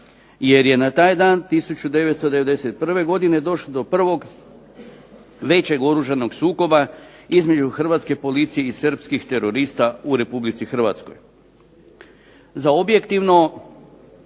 jer je na taj dan 1991. godine došlo do prvog većeg oružanog sukoba između Hrvatske policije i srpskih terorista u Republici Hrvatskoj. Za objektivno